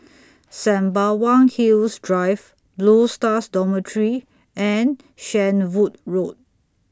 Sembawang Hills Drive Blue Stars Dormitory and Shenvood Road